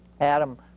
Adam